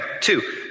two